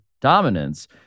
dominance